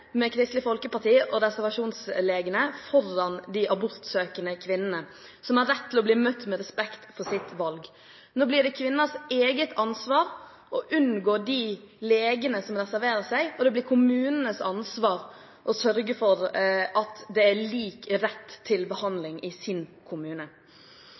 med Kristelig Folkeparti og reservasjonslegene foran de abortsøkende kvinnene som har rett til å bli møtt med respekt for sitt valg. Nå blir det kvinners eget ansvar å unngå de legene som reserverer seg, og det blir kommunenes ansvar å sørge for at det er lik rett til behandling i sin kommune.